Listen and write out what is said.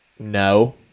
No